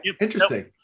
Interesting